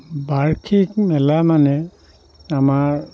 বাৰ্ষিক মেলা মানে আমাৰ